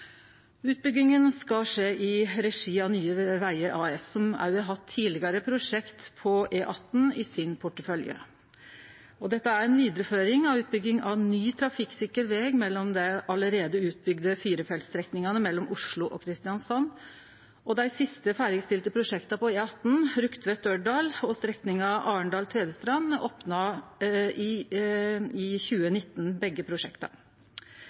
Utbygginga skal skje i regi av Nye Vegar AS, som òg har hatt tidlegare prosjekt på E18 i porteføljen sin. Dette er ei vidareføring av utbygging av ny trafikksikker veg mellom dei allereie utbygde firefeltsstrekningane mellom Oslo og Kristiansand og dei siste ferdigstilte prosjekta på E18, Rugtvedt–Dørdal og strekninga Arendal–Tvedestrand, begge opna i